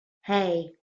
hey